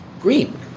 green